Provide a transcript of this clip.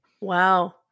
Wow